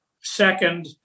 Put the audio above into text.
second